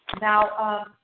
Now